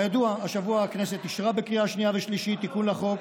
השבוע הכנסת אישרה בקריאה שנייה ושלישית תיקון לחוק.